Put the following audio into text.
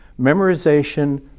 Memorization